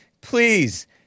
Please